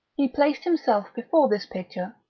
he placed himself before this picture,